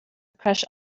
crush